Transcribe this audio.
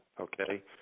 okay